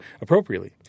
appropriately